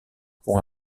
pont